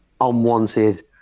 unwanted